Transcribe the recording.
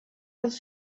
els